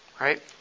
right